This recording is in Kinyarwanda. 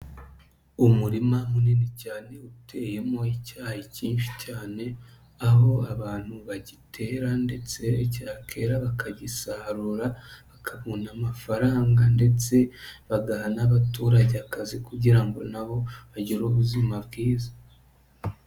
Umurima munini cyane uteyemo icyayi kinshi cyane, aho abantu bagitera ndetse cyakera bakagisarura bakabona amafaranga ndetse bagaha n'abaturage akazi kugira ngo na bo bagire ubuzima bwiza.